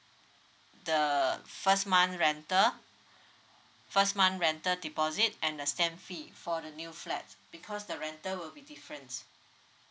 the first month rental first month rental deposit and the stamp fee for the new flat because the rental will be difference